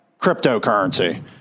Cryptocurrency